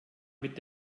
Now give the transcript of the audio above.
mit